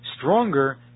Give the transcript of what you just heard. Stronger